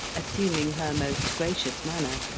assuming her most gracious manner,